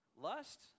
lust